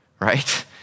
right